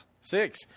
six